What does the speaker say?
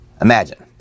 Imagine